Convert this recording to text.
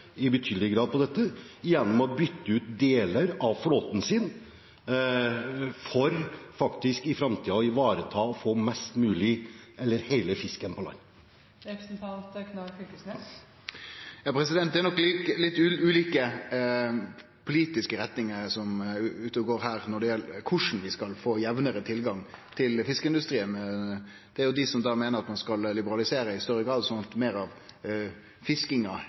på dette gjennom å bytte ut deler av flåten sin for i framtiden å ivareta å få hele fisken på land. Det er nok litt ulike politiske retningar som er ute og går her når det gjeld korleis vi skal få jamnare tilgang til fiskeindustrien. Det er jo dei som meiner at ein skal liberalisere i større grad, sånn at meir av